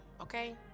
okay